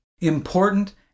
important